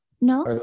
No